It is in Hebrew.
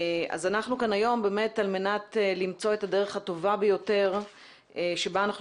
אנחנו כאן היום על מנת למצוא את הדרך הטובה ביותר שבה אנחנו